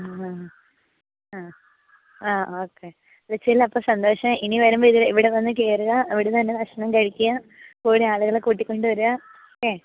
ആ ആ ആ ഓക്കെ വിളിച്ചതിൽ അപ്പോൾ സന്തോഷം ഇനി വരുമ്പോൾ ഇവിടെ വന്ന് കയറുക ഇവിടുന്ന് തന്നെ ഭക്ഷണം കഴിക്കുക കൂടെ ആളുകളെ കൂട്ടിക്കൊണ്ട് വരിക ഓക്കെ